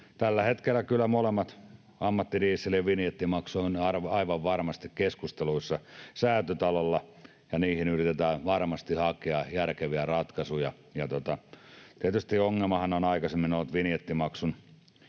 tällä hetkellä kyllä molemmat ammattidieselin vinjettimaksut ovat aivan varmasti keskusteluissa Säätytalolla ja niihin yritetään varmasti hakea järkeviä ratkaisuja. Tietysti ongelmahan on aikaisemmin ollut vinjettimaksun